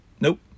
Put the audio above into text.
Nope